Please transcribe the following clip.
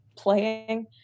playing